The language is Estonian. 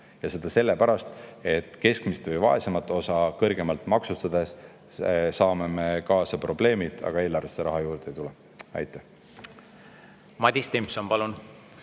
Seda sellepärast, et keskmist või vaesemat osa kõrgemalt maksustades saame me kaasa probleemid, aga eelarvesse raha juurde ei tule. Aitäh! Ma korra